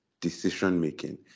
decision-making